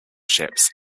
ships